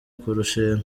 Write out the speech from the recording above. kurushinga